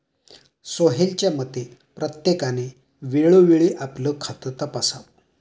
सोहेलच्या मते, प्रत्येकाने वेळोवेळी आपलं खातं तपासावं